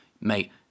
mate